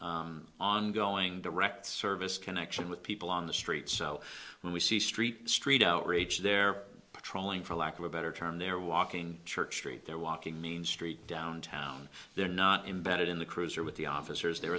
on going direct service connection with people on the street so when we see street street outrage they're patrolling for lack of a better term they're walking church street they're walking main street downtown they're not embedded in the cruiser with the officers the